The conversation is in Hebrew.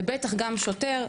ובטח גם שוטר,